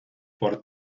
por